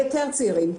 זה יהיה יותר צעירים,